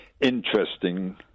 interesting